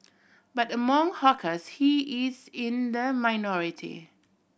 but among hawkers he is in the minority